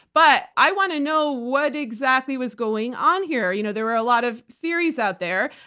but i want to know what exactly was going on here. you know there are a lot of theories out there.